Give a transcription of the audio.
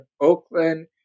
Oakland